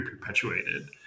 perpetuated